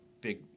big